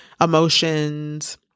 emotions